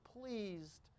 pleased